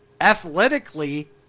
athletically